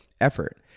Effort